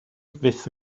fyth